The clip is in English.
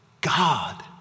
God